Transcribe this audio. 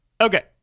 Okay